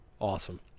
awesome